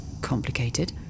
complicated